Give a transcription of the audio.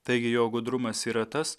taigi jo gudrumas yra tas